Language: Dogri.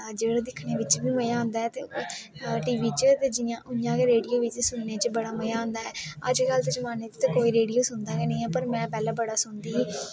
जेह्ड़ा दिक्खने बिच्च बी मज़ा आंदा ऐ ते टीवी च ते उआं गै रेडियो च सुनने च बड़ा मज़ा आंदा ऐ अजकल दे जमाने च ते कोई रेड़ियो सुनदा गै नी ऐ पर में पैह्लैं बड़ा सुनदी ही